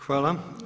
Hvala.